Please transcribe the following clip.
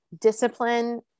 discipline